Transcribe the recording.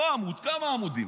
לא עמוד, כמה עמודים,